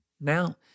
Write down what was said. Now